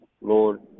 Lord